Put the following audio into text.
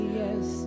yes